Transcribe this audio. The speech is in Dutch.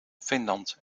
finland